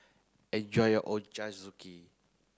enjoy your Ochazuke